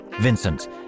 Vincent